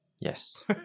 Yes